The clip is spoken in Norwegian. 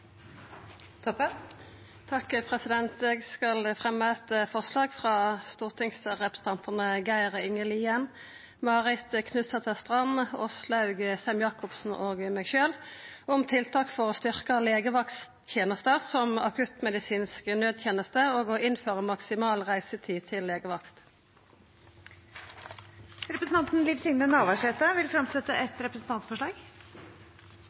Toppe vil fremsette et representantforslag. Eg skal fremja eit forslag frå stortingsrepresentantane Geir Inge Lien, Åslaug Sem-Jacobsen, Marit Knutsdatter Strand og meg sjølv om tiltak for å styrkja legevakttenesta som akuttmedisinsk naudteneste og å innføra maksimal reisetid til legevakt. Representanten Liv Signe Navarsete vil